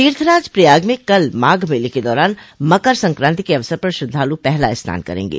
तीर्थराज प्रयाग में कल माघ मेले के दौरान मकर संकांति के अवसर पर श्रद्वालु पहला स्नान करेंगे